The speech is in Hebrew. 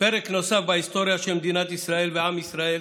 פרק נוסף בהיסטוריה של מדינת ישראל ועם ישראל